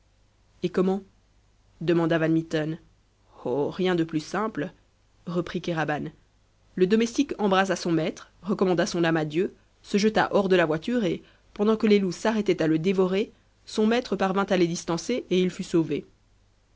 et comment demanda van mitten oh rien de plus simple reprit kéraban le domestique embrassa son maître recommanda son âme à dieu se jeta hors de la voiture et pendant que les loups s'arrêtaient à le dévorer son maître parvint à les distancer et il fut sauvé